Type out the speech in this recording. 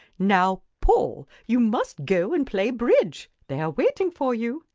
now, paul, you must go and play bridge. they are waiting for you.